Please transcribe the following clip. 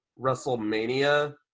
Wrestlemania